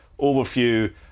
overview